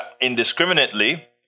indiscriminately